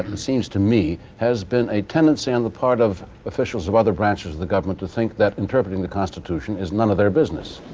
it seems to me, has been a tendency on the part of officials of other branches of the government to think that interpreting the constitution is none of their business.